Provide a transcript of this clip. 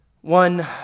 One